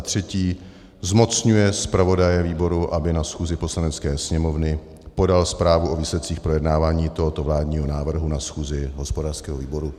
III. zmocňuje zpravodaje výboru, aby na schůzi Poslanecké sněmovny podal zprávu o výsledcích projednávání tohoto vládního návrhu na schůzi hospodářského výboru.